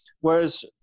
Whereas